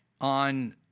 on